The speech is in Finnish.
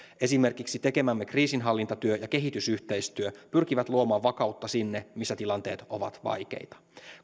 esimerkiksi tekemämme kriisinhallintatyö ja kehitysyhteistyö pyrkivät luomaan vakautta sinne missä tilanteet ovat vaikeita